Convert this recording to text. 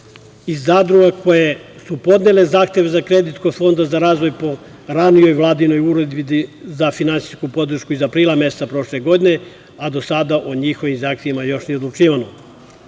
i zadruga koje su podnele zahtev za kredit kod Fonda za razvoj, po ranijoj Vladinoj uredbi za finansijsku podršku, iz aprila meseca prošle godine, a do sada o njihovim zahtevima još nije odlučivano.